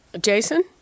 Jason